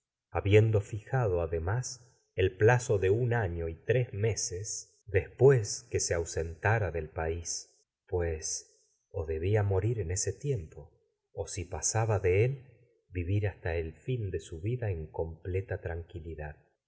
biendo fijado además el año y tres meses tragedias de sófocles después en que se ausentara o del país pues o debía morir su ese tiempo si pasaba de él vivir hasta el fin de vida en completa tranquilidad